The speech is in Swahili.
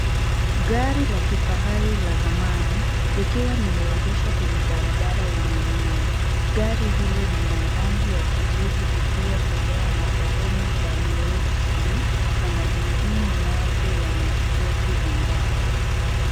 Gari la kifahari la zamani likiwa limeegeshwa kwenye barabara yenye mawe. Gari hilo lina rangi ya kijivu isiyo kolea na sehemu za nyeusi na magurudumu yake ina spoki za mbao.